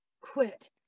quit